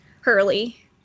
Hurley